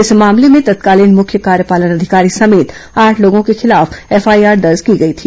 इस मामले में तत्कालीन मुख्य कार्यपालन अधिकारी समेत आठ लोगों के खिलाफ एफआईआर दर्ज की गई थी